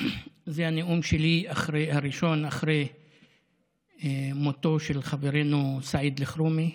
זה הנאום הראשון שלי אחרי מותו של חברנו סעיד אלחרומי.